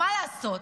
מה לעשות,